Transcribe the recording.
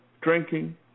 drinking